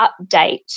update